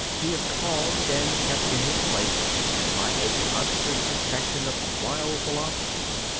he is calmed and kept in his place by a constant succession of wild philosophies.